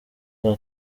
rwe